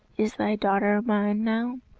is thy daughter mine now?